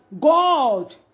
God